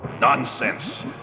Nonsense